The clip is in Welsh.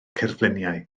cerfluniau